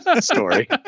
story